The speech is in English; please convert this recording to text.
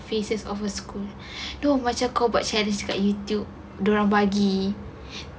faces of her school no macam kau buat cara cakap youtube dia orang bagi